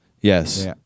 Yes